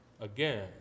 again